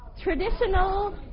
traditional